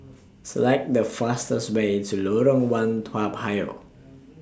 Select The fastest Way to Lorong one Toa Payoh